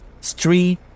street